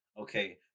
okay